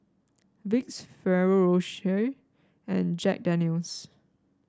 Vicks Ferrero Rocher and Jack Daniel's